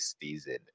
season